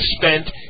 spent